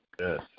Yes